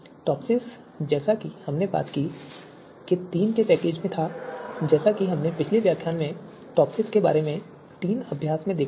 TOPSIS जैसा कि हमने बात की के तीन पैकेज थे जैसा कि हमने पिछले व्याख्यान में टॉपसिस के लिए तीन अभ्यासों में देखा था